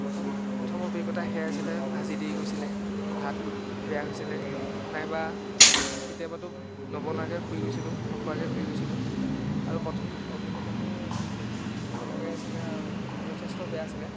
প্ৰথম প্ৰথম অভিজ্ঞতা সেইয়াই আছিলে ভাজি দেই গৈছিলে ভাত বেয়া হৈছিলে নাইবা কেতিয়াবাতো নবনোৱাকৈ শুই গৈছিলোঁ নোখোৱাকৈ শুই গৈছিলোঁ আৰু প্ৰথম অভিজ্ঞতাটো তেনেকুৱাই আছিলে আৰু যথেষ্ট বেয়া আছিলে